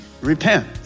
repent